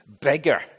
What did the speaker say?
bigger